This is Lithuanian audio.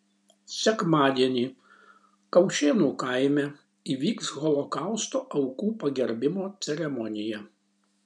sekmadienį kaušėnų kaime įvyks holokausto aukų pagerbimo ceremonija